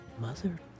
Mother